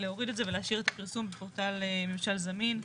להוריד את זה ולהשאיר את הפרסום בפורטל ממשל זמין.